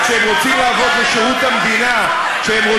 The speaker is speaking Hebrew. תודה